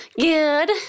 Good